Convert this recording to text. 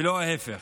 ולא ההפך.